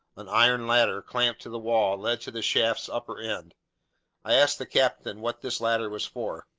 an iron ladder, clamped to the wall, led to the shaft's upper end i asked the captain what this ladder was for.